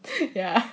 yeah